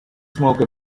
smoke